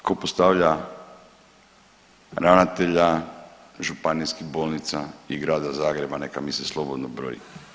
Tko postavlja ravnatelja županijskih bolnica i grada Zagreba neka mi se slobodno broji.